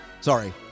Sorry